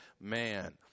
man